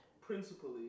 principally